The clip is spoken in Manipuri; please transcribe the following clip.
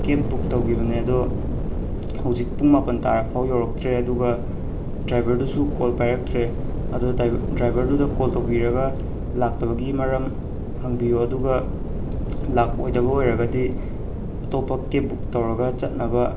ꯀꯦꯕ ꯕꯨꯛ ꯇꯧꯈꯤꯕꯅꯦ ꯑꯗꯣ ꯍꯧꯖꯤꯛ ꯄꯨꯡ ꯃꯥꯄꯜ ꯇꯥꯔ ꯐꯥꯎ ꯌꯧꯔꯛꯇ꯭ꯔꯦ ꯑꯗꯨꯒ ꯗ꯭ꯔꯥꯏꯕꯔꯗꯨꯁꯨ ꯀꯣꯜ ꯄꯥꯏꯔꯛꯇ꯭ꯔꯦ ꯑꯗꯣ ꯗ꯭ꯔꯥꯏꯕꯔꯗꯨꯗ ꯀꯣꯜ ꯇꯧꯕꯤꯔꯒ ꯂꯥꯛꯇꯕꯒꯤ ꯃꯔꯝ ꯍꯪꯕꯤꯌꯣ ꯑꯗꯨꯒ ꯂꯥꯛꯑꯣꯏꯗꯕ ꯑꯣꯏꯔꯒꯗꯤ ꯑꯇꯣꯞꯄ ꯀꯦꯕ ꯕꯨꯛ ꯇꯧꯔꯒ ꯆꯠꯅꯕ